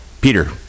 Peter